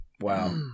wow